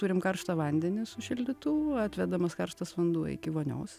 turim karštą vandenį su šildytuvu atvedamas karštas vanduo iki vonios